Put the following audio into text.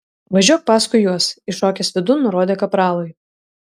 važiuok paskui juos įšokęs vidun nurodė kapralui